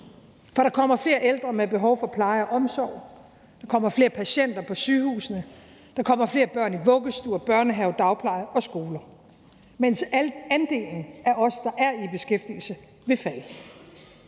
For der kommer flere ældre med behov for pleje og omsorg, der kommer flere patienter på sygehusene, der kommer flere børn i vuggestuer, børnehaver, dagpleje og skoler, mens andelen af os, der er i beskæftigelse, vil falde.